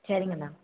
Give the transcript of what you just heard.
சரிங்க மேம்